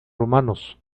romanos